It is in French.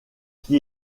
qui